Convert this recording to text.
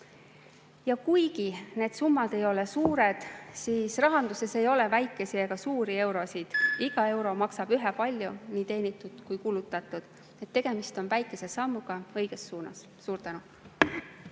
Ja kuigi need summad ei ole suured, siis rahanduses ei ole väikesi ega suuri eurosid, iga euro maksab ühepalju, nii teenitud kui kulutatud. Nii et tegemist on väikese sammuga õiges suunas. Suur tänu!